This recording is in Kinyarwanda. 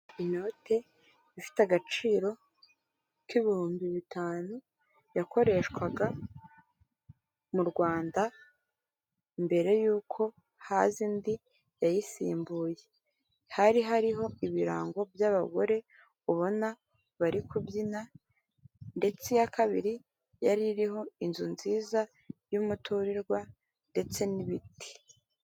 Inoti ifite agaciro k'ibihumbi bitanu yakoreshwaga mu Rwanda mbere y'uko haze indi yayisimbuye, hari hariho ibirango by'abagore ubona bari kubyina ndetse iya kabiri yari iriho inzu nziza y'umuturirwa ndetse n'ibiti.